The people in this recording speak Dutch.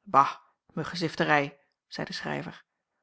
bah muggesifterij zeî de schrijver